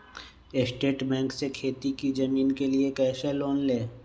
State bank से खेती की जमीन के लिए कैसे लोन ले?